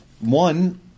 one